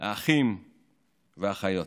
האחים והאחיות.